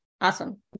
awesome